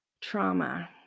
trauma